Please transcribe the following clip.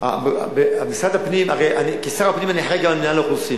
כשר הפנים, אני אחראי גם למינהל האוכלוסין.